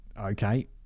okay